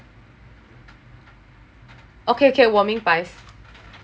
okay okay 我明白